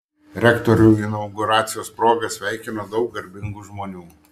rektorių inauguracijos proga sveikino daug garbingų žmonių